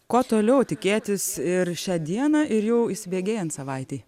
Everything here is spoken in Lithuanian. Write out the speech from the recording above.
ko toliau tikėtis ir šią dieną ir jau įsibėgėjant savaitei